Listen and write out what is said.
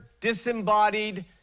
disembodied